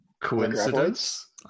Coincidence